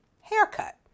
haircut